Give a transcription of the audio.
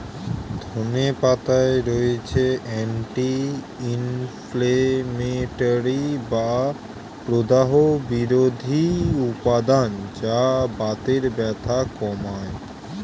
ধনে পাতায় রয়েছে অ্যান্টি ইনফ্লেমেটরি বা প্রদাহ বিরোধী উপাদান যা বাতের ব্যথা কমায়